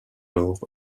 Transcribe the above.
lors